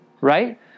right